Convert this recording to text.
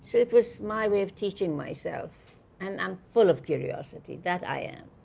so it was my way of teaching myself and i'm full of curiosity that i am.